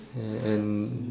and and